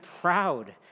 proud